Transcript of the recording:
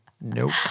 Nope